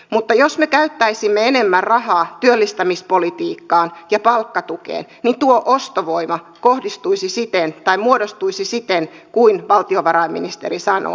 mutta jos me käyttäisimme enemmän rahaa työllistämispolitiikkaan ja palkkatukeen niin tuo ostovoima muodostuisi siten kuin valtiovarainministeri sanoi